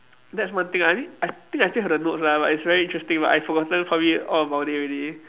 that's one thing I mean I think I still have the notes lah but it's very interesting but I forgotten probably all about it already